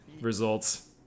results